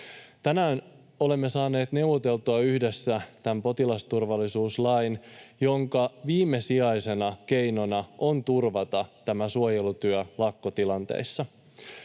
Tänään olemme saaneet neuvoteltua yhdessä tämän potilasturvallisuuslain, jonka viimesijaisena keinona on turvata tämä suojelutyö lakkotilanteissa.